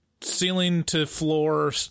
ceiling-to-floor